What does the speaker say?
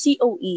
coe